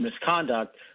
misconduct